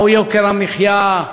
מהו יוקר המחיה,